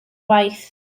waith